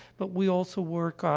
but we also work, ah,